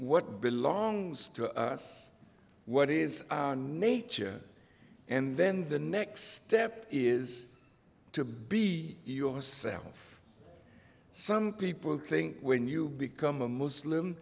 what belongs to us what is nature and then the next step is to be yourself some people think when you become a muslim